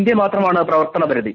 India മാത്രമാണ് പ്രവർത്തന പരിധി